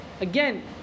Again